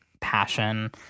passion